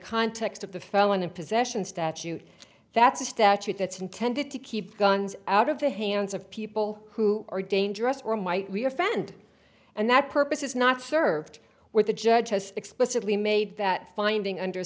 context of the felon in possession statute that's a statute that's intended to keep guns out of the hands of people who are dangerous or might we offend and that purpose is not served where the judge has explicitly made that finding under